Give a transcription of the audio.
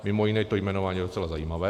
Mimo jiné, to jmenování je docela zajímavé.